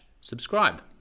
subscribe